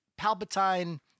Palpatine